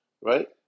Right